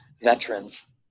veterans